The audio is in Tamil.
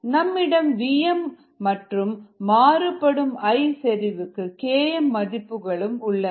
நம்மிடம் vm மற்றும் மாறுபடும் I செறிவுக்கு Km மதிப்புகளும் உள்ளன